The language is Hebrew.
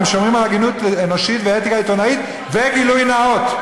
אבל הם שומרים על הגינות אנושית ואתיקה עיתונאית וגילוי נאות.